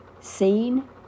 seen